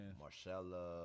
Marcella